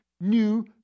new